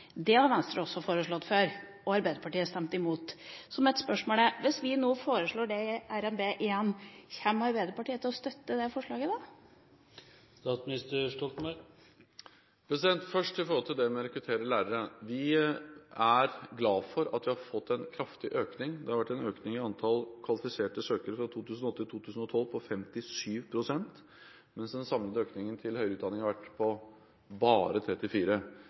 har Venstre foreslått tidligere – og Arbeiderpartiet stemte imot. Så mitt spørsmål er: Hvis vi foreslår dette igjen, i forbindelse med RNB, kommer Arbeiderpartiet da til å støtte forslaget? Først til dette med å rekruttere lærere: Vi er glad for at vi her har fått en kraftig økning. Fra 2008 til 2012 har det vært en økning i antall kvalifiserte søkere på 57 pst., mens den samlede økningen når det gjelder høyere utdanning, har vært på bare 34